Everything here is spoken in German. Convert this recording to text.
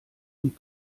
und